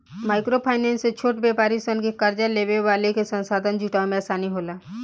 micro finance से छोट व्यापारी सन के कार्जा लेवे वाला के संसाधन जुटावे में आसानी होला